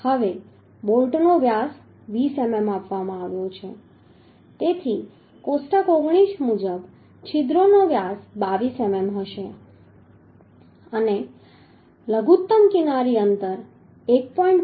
હવે બોલ્ટનો વ્યાસ 20 mm આપવામાં આવ્યો છે તેથી કોષ્ટક 19 મુજબ છિદ્રનો વ્યાસ 22 mm હશે અને લઘુત્તમ કિનારી અંતર 1